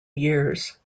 years